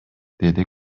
деди